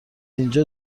اینجا